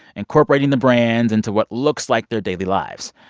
incorporating the brands into what looks like their daily lives.